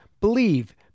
believe